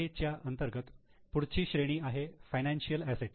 च्या अंतर्गत पुढची श्रेणी आहे फायनान्शिअल असेट्स